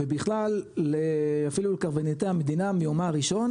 ובכלל אפילו לקברניטי המדינה מיומה הראשון